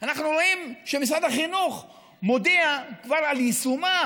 אנחנו רואים שמשרד החינוך כבר מודיע על יישומה